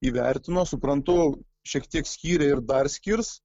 įvertino suprantu šiek tiek skyrė ir dar skirs